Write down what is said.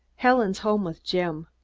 helen's home with jim.